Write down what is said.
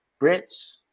Brits